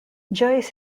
joyce